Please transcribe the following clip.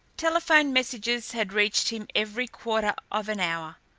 telephone messages had reached him every quarter of an hour.